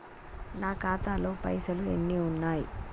నా ఖాతాలో పైసలు ఎన్ని ఉన్నాయి?